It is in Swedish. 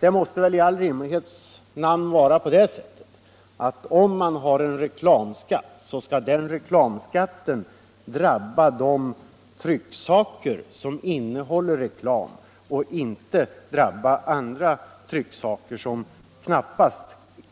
Det måste väl i all rimlighets namn vara på det sättet, att om man har en reklamskatt så skall den skatten drabba de trycksaker som innehåller reklam och inte drabba andra trycksaker som knappast